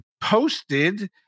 posted